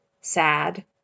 sad